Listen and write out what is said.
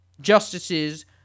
justices